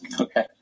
Okay